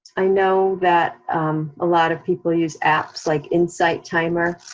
i know that a lot of people use apps like insight timer.